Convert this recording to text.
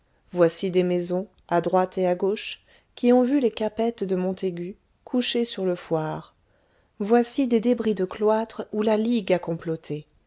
voici des maisons à droite et à gauche qui ont vu les capettes de montaigu couchées sur le fouarre voici des débris de cloîtres où la ligue a comploté